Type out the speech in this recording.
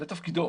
זה תפקידו.